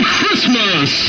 Christmas